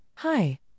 Hi